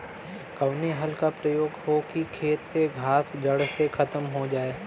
कवने हल क प्रयोग हो कि खेत से घास जड़ से खतम हो जाए?